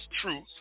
Truth